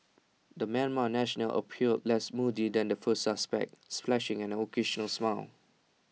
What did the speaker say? the Myanmar national appeared less moody than the first suspect flashing an occasional smile